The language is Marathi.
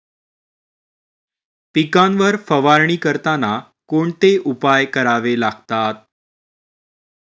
पिकांवर फवारणी करताना कोणते उपाय करावे लागतात?